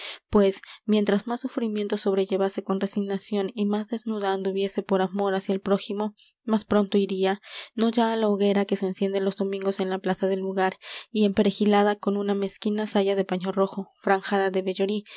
pues mientras más sufrimientos sobrellevase con resignación y más desnuda anduviese por amor hacia el prójimo más pronto iría no ya á la hoguera que se enciende los domingos en la plaza del lugar y emperejilada con una mezquina saya de paño rojo franjada de vellorí